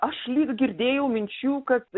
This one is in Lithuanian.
aš lyg girdėjau minčių kad